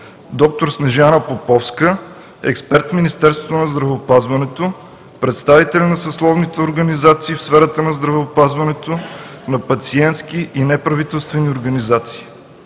д-р Снежана Поповска – експерт в Министерството на здравеопазването, представители на съсловните организации в сферата на здравеопазването, на пациентски и неправителствени организации.